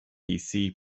issue